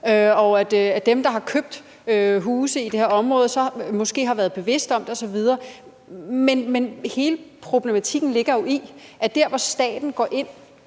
og at dem, der har købt huse i det her område, måske har været bevidste om det osv. Men hele problematikken ligger jo i, at det, at staten går ind